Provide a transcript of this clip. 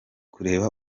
kureba